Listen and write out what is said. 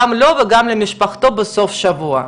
גם לו וגם למשפחתו בסוף השבוע.